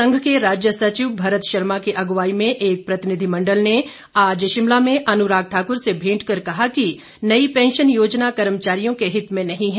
संघ के राज्य सचिव भरत शर्मा की अगुवाई में एक प्रतिनिधिमंडल ने आज शिमला में अनुराग ठाकुर से भेंट कर कहा कि नई पैंशन योजना कर्मचारियों के हित में नहीं है